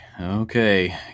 okay